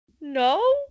No